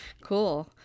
Cool